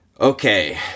Okay